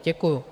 Děkuju.